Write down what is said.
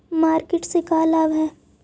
Market से का लाभ है?